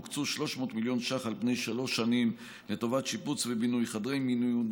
הוקצו 300 מיליון ש"ח על פני שלוש שנים לטובת שיפוץ ובינוי חדרי מיון,